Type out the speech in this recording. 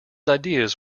ideas